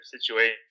situation